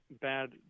bad